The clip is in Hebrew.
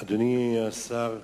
אדוני השר,